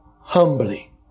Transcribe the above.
humbly